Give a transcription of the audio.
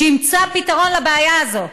שימצא פתרון לבעיה הזאת.